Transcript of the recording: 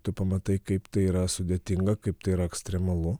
tu pamatai kaip tai yra sudėtinga kaip tai yra ekstremalu